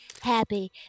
happy